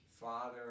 Father